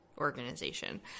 organization